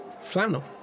Flannel